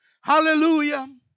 Hallelujah